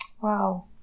Wow